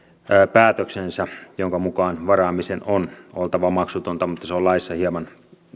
päätöksensä jonka mukaan varaamisen on oltava maksutonta mutta se on laissa hieman